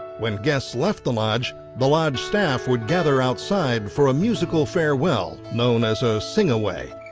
when guests left the lodge, the lodge staff would gather outside for a musical farewell known as a sing away.